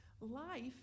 life